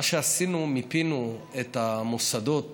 מה שעשינו, מיפינו את המוסדות